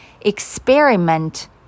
experiment